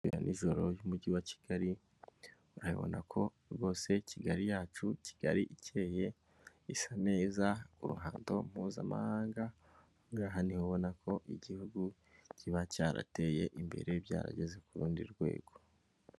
B'i nijoro y'umujyi wa Kigali, urabona ko rwose Kigali yacu, Kigali iteye isa neza ku ruhando mpuzamahangahani ubona ko igihugu kiba cyarateye imbere byarageze ku rundi rwego.